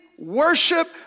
Worship